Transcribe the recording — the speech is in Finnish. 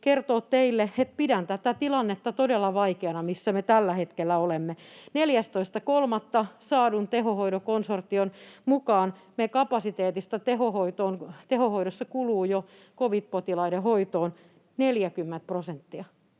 kertoa teille, että pidän todella vaikeana tätä tilannetta, missä me tällä hetkellä olemme. 14.3. saadun tehohoitokonsortion mukaan tehohoidon kapasiteetista kuluu covid-potilaiden hoitoon jo 40 prosenttia.